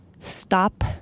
Stop